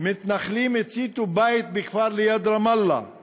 "מתנחלים הציתו בית בכפר ליד רמאללה";